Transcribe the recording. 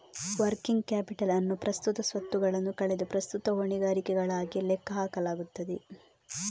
working capital ಅನ್ನು ಪ್ರಸ್ತುತ ಸ್ವತ್ತುಗಳನ್ನು ಕಳೆದು ಪ್ರಸ್ತುತ ಹೊಣೆಗಾರಿಕೆಗಳಾಗಿ ಲೆಕ್ಕ ಹಾಕಲಾಗುತ್ತದೆ